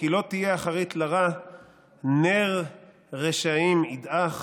כי לא תהיה אחרית לרע נר רשעים ידעך.